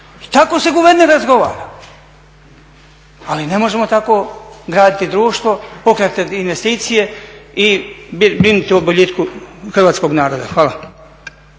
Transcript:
tako se guverner razgovara. Ali ne možemo tako graditi društvo, pokretati investicije i brinuti o boljitku hrvatskog naroda. Hvala.